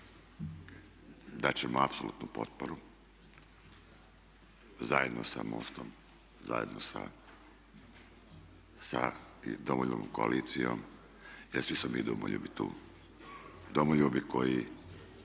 dat ćemo apsolutnu potporu, zajedno sa MOST-om, zajedno sa Domoljubnom koalicijom jer svi smo mi domoljubi tu. Domoljubi koji